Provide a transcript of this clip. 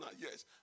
yes